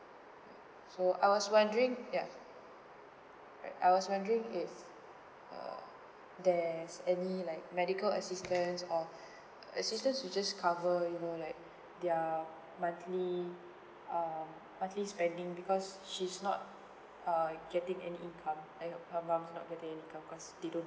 so I was wondering ya right I was wondering if err there's any like medical assistance or assistance to just cover you know like their monthly uh monthly spending because she's not uh getting any income eh no her mom's not getting any income cause they don't